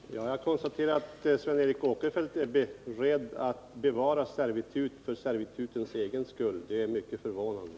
Herr talman! Jag konstaterar att Sven Eric Åkerfeldt är beredd att bevara servitut för servitutens egen skull. Det är mycket förvånande.